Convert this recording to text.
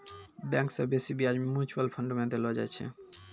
bank से बेसी ब्याज म्यूचुअल फंड मे देलो जाय छै